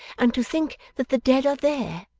and to think that the dead are there,